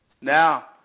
now